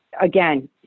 again